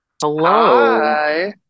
Hello